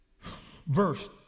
verse